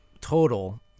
total